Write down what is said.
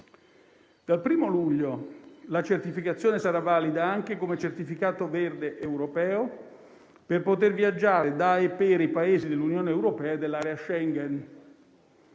Dal 1° luglio la certificazione sarà valida anche come certificato verde europeo per poter viaggiare da e per i Paesi dell'Unione europea e dell'area Schengen.